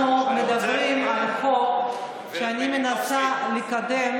אנחנו מדברים על החוק שאני מנסה לקדם,